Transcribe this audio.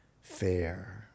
fair